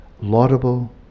laudable